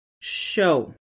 Show